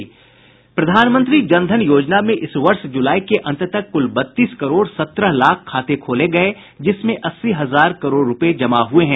प्रधानमत्री जन धन योजना में इस वर्ष जुलाई के अंत तक कुल बत्तीस करोड़ सत्रह लाख खाते खोले गए जिसमें अस्सी हजार करोड़ रूपये जमा हुए हैं